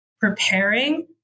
preparing